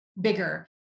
bigger